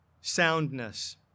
soundness